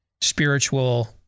spiritual